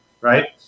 Right